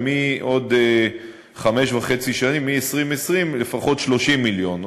ומעוד חמש וחצי שנים, מ-2020, לפחות 30 מיליון.